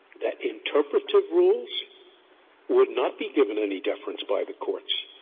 that interpretative rules would not be given any deference by the courts,